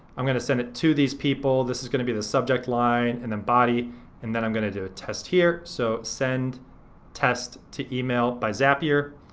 i'm gonna send it to these people, this is gonna be the subject line and then body and then i'm gonna do a test here, so send test to email by zapier,